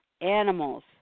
animals